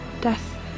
Death